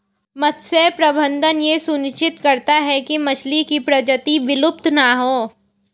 मत्स्य प्रबंधन यह सुनिश्चित करता है की मछली की प्रजाति विलुप्त ना हो